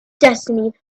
destiny